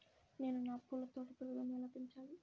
నేను నా పూల తోట పెరుగుదలను ఎలా పెంచాలి?